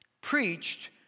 preached